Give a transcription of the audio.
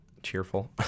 Cheerful